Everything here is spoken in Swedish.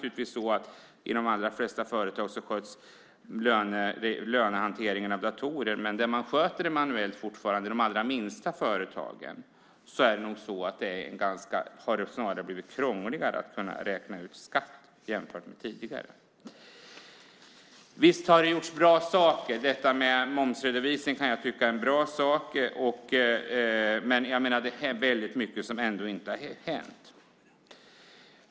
I de allra flesta företag sköts lönehanteringen av datorer, men i de allra minsta företagen sköts den fortfarande manuellt - och där har det blivit krångligare att räkna ut skatt jämfört med tidigare. Visst har det gjorts bra saker. Detta med momsredovisning kan jag tycka är en bra sak. Men det är ändå väldigt mycket som inte har hänt.